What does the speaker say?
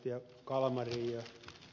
kalmari ed